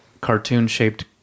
cartoon-shaped